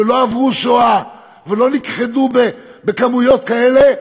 שלא עברו שואה ולא נכחדו בכמויות כאלה,